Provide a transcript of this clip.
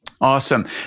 Awesome